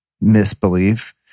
misbelief